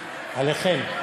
עליכן.